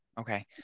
Okay